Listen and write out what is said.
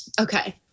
Okay